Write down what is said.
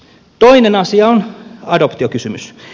toinen asia on adoptiokysymys